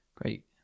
great